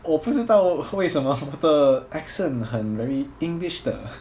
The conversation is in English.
我不知道为什么我的 accent 很 very english 的